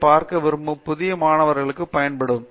யைப் பார்க்க விரும்பும் புதிய மாணவர்களைப் பயன்படும்